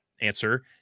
answer